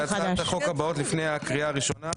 נושא חדש.